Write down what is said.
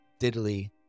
diddly